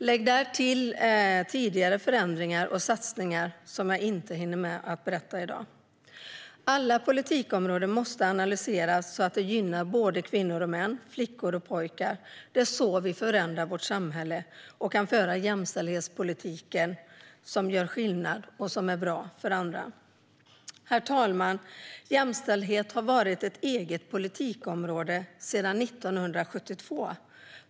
Lägg därtill tidigare förändringar och satsningar som jag inte hinner med att berätta om i dag. Alla politikområden måste analyseras så att både kvinnor och män och både flickor och pojkar gynnas. Det är så vi förändrar vårt samhälle och kan föra en jämställdhetspolitik som gör skillnad och som är bra för alla. Herr talman! Jämställdhet har varit ett eget politikområde sedan 1972.